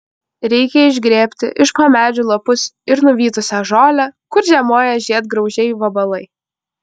reikia išgrėbti iš po medžių lapus ir nuvytusią žolę kur žiemoja žiedgraužiai vabalai